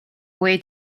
way